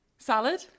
Salad